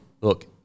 look